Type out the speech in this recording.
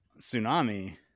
tsunami